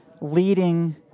leading